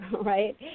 right